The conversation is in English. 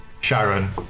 Sharon